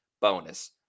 bonus